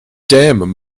damn